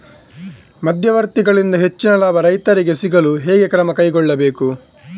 ಮಧ್ಯವರ್ತಿಗಳಿಂದ ಹೆಚ್ಚಿನ ಲಾಭ ರೈತರಿಗೆ ಸಿಗಲು ಹೇಗೆ ಕ್ರಮ ಕೈಗೊಳ್ಳಬೇಕು?